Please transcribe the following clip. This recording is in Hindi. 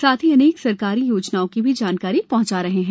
साथ ही अनेक सरकारी योजनाओं की जानकारी भी पहंचा रहे हैं